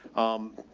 um,